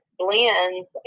blends